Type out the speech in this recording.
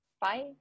Bye